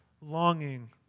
longing